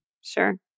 Sure